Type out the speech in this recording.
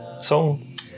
song